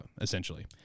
essentially